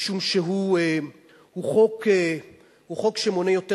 משום שהוא חוק שמונה יותר